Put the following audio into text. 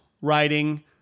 writing